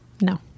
No